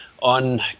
on